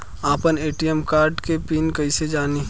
आपन ATM card के pin कईसे जानी?